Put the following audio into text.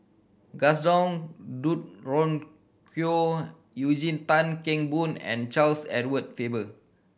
Gaston Dutronquoy Eugene Tan Kheng Boon and Charles Edward Faber